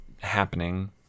happening